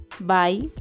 bye